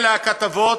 אלה הכתבות,